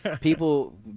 people